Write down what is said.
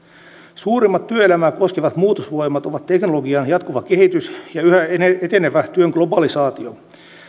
suurimmat työelämää koskevat muutosvoimat ovat teknologian jatkuva kehitys ja yhä etenevä työn globalisaatio